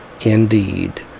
Indeed